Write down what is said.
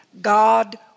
God